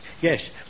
Yes